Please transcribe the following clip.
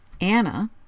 Anna